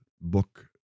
book